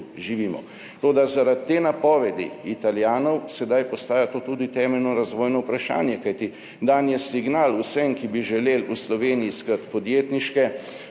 živimo. Toda zaradi te napovedi Italijanov sedaj postaja to tudi temeljno razvojno vprašanje, kajti dan je signal vsem, ki bi želeli v Sloveniji iskati podjetniške